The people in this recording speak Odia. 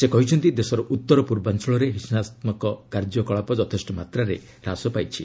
ସେ କହିଛନ୍ତି ଦେଶର ଉତ୍ତର ପୂର୍ବାଞ୍ଚଳରେ ହିଂସାତ୍କକ କାର୍ଯ୍ୟକଳାପ ଯଥେଷ୍ଟ ମାତ୍ରାରେ ହ୍ରାସ ପାଇଛି